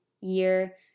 year